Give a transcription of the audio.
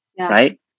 Right